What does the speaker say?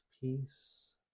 peace